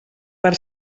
per